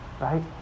Right